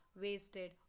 wasted